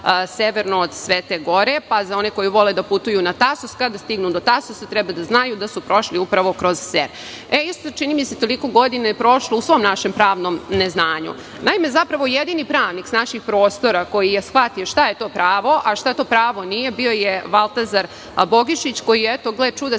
severno od Svete Gore. Za one koji vole da putuju na Tasos, kad stignu do Tasosa treba da znaju da su prošli upravo kroz Ser. Isto, čini mi se, toliko godina je prošlo u svom našem pravnom neznanju. Naime, zapravo jedini pravnik s naših prostora koji je shvatio šta je to pravo, a šta to pravo nije, bio je Valtazar Bogišić, koji je savremenik